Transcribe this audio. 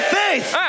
faith